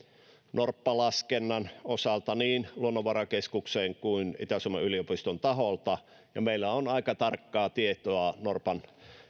norppalaskennan osalta niin luonnonvarakeskuksen kuin itä suomen yliopiston taholta ja meillä on aika tarkkaa tietoa norppien